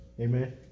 Amen